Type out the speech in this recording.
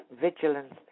vigilance